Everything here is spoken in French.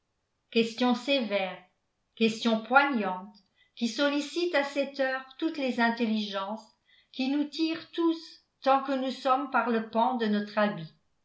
questions sévères questions poignantes qui sollicitent à cette heure toutes les intelligences qui nous tirent tous tant que nous sommes par le pan de notre habit